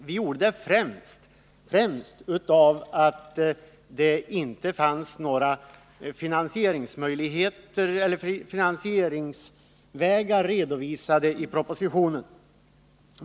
Vi gjorde det främst därför att det inte fanns några finansieringsvägar redovisade i propositionen.